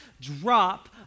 drop